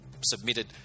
submitted